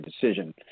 decision